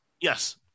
Yes